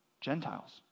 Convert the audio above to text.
Gentiles